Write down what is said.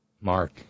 Mark